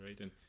Right